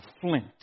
flint